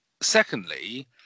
secondly